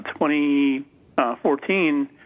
2014